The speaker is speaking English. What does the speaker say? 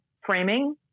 framing